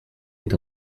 est